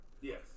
Yes